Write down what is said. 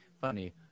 funny